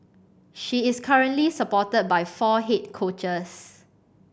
she is currently supported by four head coaches